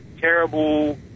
terrible